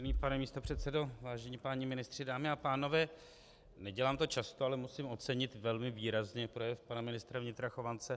Vážený pane místopředsedo, vážení páni ministři, dámy a pánové, nedělám to často, ale musím ocenit velmi výrazně projev pana ministra vnitra Chovance.